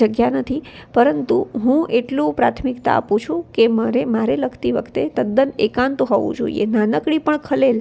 જગ્યા નથી પરંતુ હું એટલું પ્રાથમિકતા આપું છુ કે મારે મારે લખતી વખતે તદ્દન એકાંત હોવું જોઈએ નાનકડી પણ ખલેલ